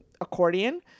accordion